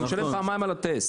אתה משלם פעמיים על הטסט.